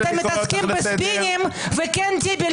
אתם מתעסקים בספינים וכן טיבי,